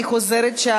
אני חוזרת,